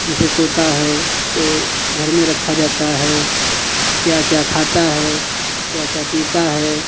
जैसे तोता है तो घर में रखा जाता है क्या क्या खाता है क्या क्या पीता है